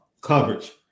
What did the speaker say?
coverage